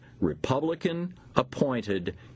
Republican-appointed